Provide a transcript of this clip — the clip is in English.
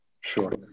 Sure